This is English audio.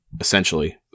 essentially